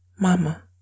Mama